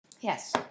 Yes